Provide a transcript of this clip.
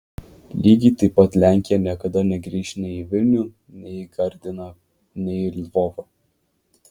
lygiai taip pat lenkija niekada negrįš nei į vilnių nei į gardiną nei į lvovą